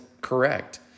correct